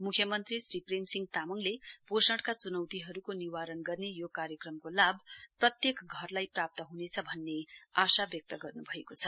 म्ख्यमन्त्री श्री प्रेम सिंह तामाङले पोषणका च्नौतीहरूको निवारण गर्ने यो कार्यक्रमको लाभ प्रत्येक घरलाई प्राप्त ह्नेछ भन्ने आशा व्यक्ति गर्नुभएको छ